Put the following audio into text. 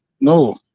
No